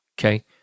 Okay